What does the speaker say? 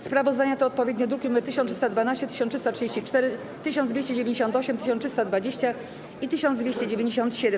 Sprawozdania to odpowiednio druki nr 1312, 1334, 1298, 1320 i 1297.